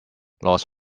lost